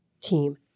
team